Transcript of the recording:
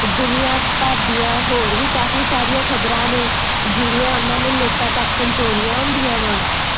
ਦੁਨੀਆ ਭਰ ਦੀਆਂ ਹੋਰ ਵੀ ਕਾਫੀ ਸਾਰੀਆਂ ਖਬਰਾਂ ਨੇ ਜਿਹੜੀਆਂ ਉਹਨਾਂ ਨੇ ਲੋਕਾਂ ਤੱਕ ਪਹੁੰਚਾਉਣੀਆਂ ਹੁੰਦੀਆਂ ਵਾ